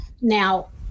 Now